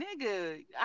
nigga